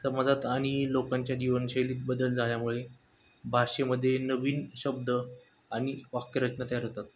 समाजात आणि लोकांच्या जीवनशैली बदल झाल्यामुळे भाषेमध्ये नवीन शब्द आणि वाक्यरचना तयार होतात